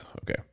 okay